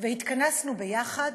והתכנסנו ביחד,